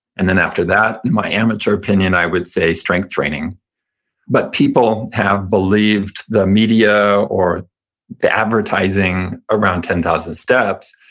and then after that, in my amateur opinion, i would say strength training but people have believed the media or the advertising around ten thousand steps,